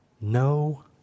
no